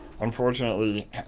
unfortunately